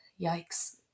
yikes